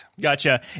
Gotcha